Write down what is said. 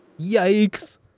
Yikes